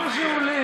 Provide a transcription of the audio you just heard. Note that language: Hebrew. סעיפים 1